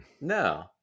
No